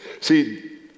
See